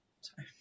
sorry